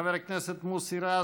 חבר הכנסת מוסי רז,